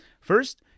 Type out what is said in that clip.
First-